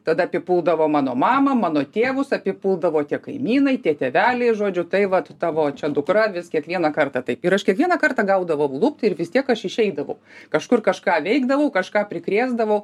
tada apipuldavo mano mamą mano tėvus apipuldavo tie kaimynai tie tėveliai žodžiu tai vat tavo dukra vis kiekvieną kartą taip ir aš kiekvieną kartą gaudavau lupt ir vis tiek aš išeidavau kažkur kažką veikdavau kažką prikrėsdavau